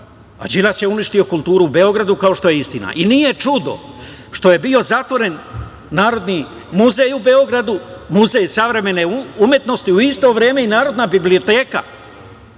a Đilas je uništio kulturu u Beogradu, kao što je istina. Nije čudo što je bio zatvoren Narodni muzej u Beogradu, Muzej savremene umetnosti, u isto vreme i Narodna biblioteka.